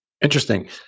Interesting